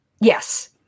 Yes